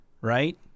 right